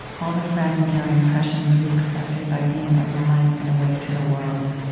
all the fragmentary impressions we've collected by being alive and awake to the world.